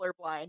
colorblind